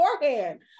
beforehand